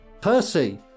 Percy